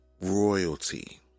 royalty